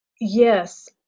Yes